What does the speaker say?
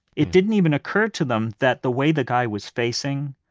it didn't even occur to them that the way the guy was facing,